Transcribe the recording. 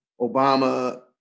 Obama